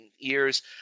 years